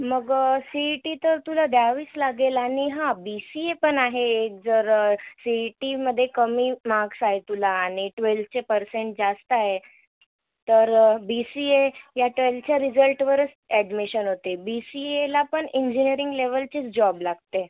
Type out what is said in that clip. मग C E T तर तुला द्यावीच लागेल आणि हां बी सी ए पण आहे जर सी ई टीमध्ये कमी मार्क्स आहे तुला आणि ट्वेलचे पर्सेंट जास्त आहे तर बी सी ए या ट्वेलच्या रिझल्टवरच ॲडमिशन होते बी सी एला पण इंजिनिअरिंग लेवलचीच जॉब लागते